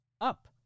Up